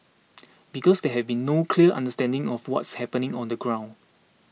because there has been no clear understanding of what's happening on the ground